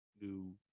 new